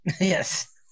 Yes